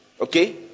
okay